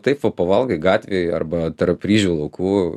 taip va pavalgai gatvėj arba tarp ryžių laukų